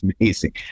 amazing